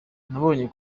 nabonye